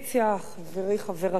חברי חברי הכנסת,